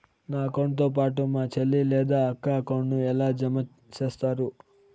నా అకౌంట్ తో పాటు మా చెల్లి లేదా అక్క అకౌంట్ ను ఎలా జామ సేస్తారు?